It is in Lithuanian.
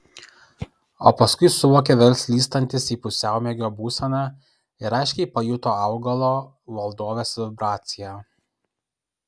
o paskui suvokė vėl slystantis į pusiaumiegio būseną ir aiškiai pajuto augalo valdovės vibraciją